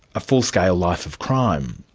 a full-scale life of crime.